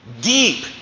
deep